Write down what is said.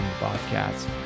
Bobcats